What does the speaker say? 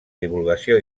divulgació